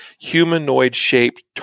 humanoid-shaped